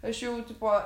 aš jau tipo